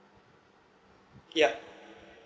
yup